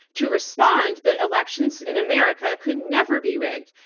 to respond that elections in america could never be rigged.